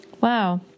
wow